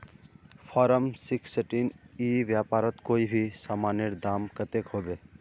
Form sixteen ई व्यापारोत कोई भी सामानेर दाम कतेक होबे?